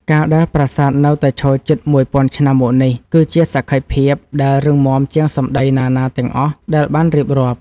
ការដែលប្រាសាទនៅតែឈរជិតមួយពាន់ឆ្នាំមកនេះគឺជាសក្ខីភាពដែលរឹងមាំជាងសម្តីណាៗទាំងអស់ដែលបានរៀបរាប់។